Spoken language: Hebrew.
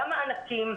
גם מענקים,